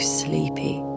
sleepy